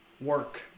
work